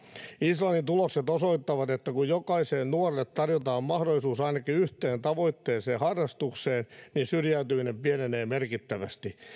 islannin tulokset osoittavat että kun jokaiselle nuorelle tarjotaan mahdollisuus ainakin yhteen tavoitteelliseen harrastukseen niin syrjäytyminen pienenee merkittävästi